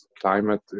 climate